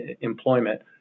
employment